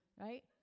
right